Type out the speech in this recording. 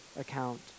account